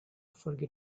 forget